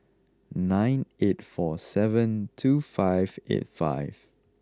nine eight four seven two five eight five